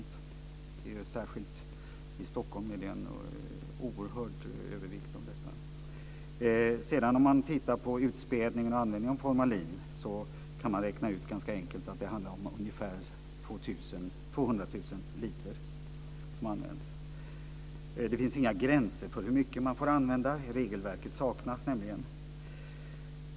Det är alltså särskilt i Stockholm en oerhörd övervikt för balsamering. Beträffande utspädningen vid användning av formalin kan man ganska enkelt räkna ut att det används ungefär 200 000 liter. Det finns inga gränser för hur mycket man får använda. Något regelverk för detta saknas nämligen.